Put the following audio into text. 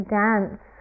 dance